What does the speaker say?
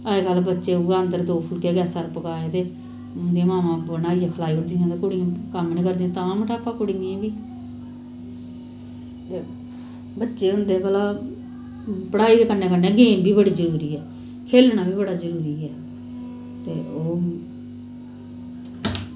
अजकल्ल बच्चे उऐ अंदर दो फुल्के अन्गर गैसे पर पकाए दे उं'दी मांमां बनाइयै खलाई ओड़दियां ते कुड़ियां कम्म नेईं करदियां तां मुटापा कुड़ियें गी बी ते बच्चे होंदे पढ़ाई दे कन्नै कन्नै गेम बी बड़ी जरूरी ऐ खेलना बी बड़ा जरूरी ऐ ते ओह्